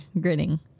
grinning